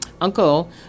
uncle